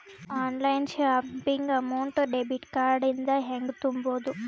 Online shopping amount debit card ಇಂದ ಹೆಂಗ್ ತುಂಬೊದು?